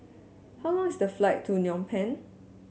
how long is the flight to Phnom Penh